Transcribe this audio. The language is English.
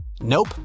Nope